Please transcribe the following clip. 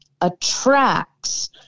attracts